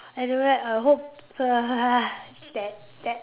anywhere I hope uh that that